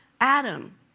Adam